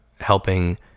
helping